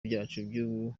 byacu